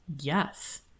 yes